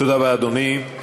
תודה רבה, אדוני.